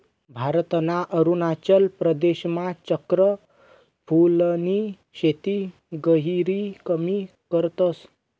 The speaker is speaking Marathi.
भारतना अरुणाचल प्रदेशमा चक्र फूलनी शेती गहिरी कमी करतस